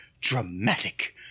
dramatic